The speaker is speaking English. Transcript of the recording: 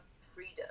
freedom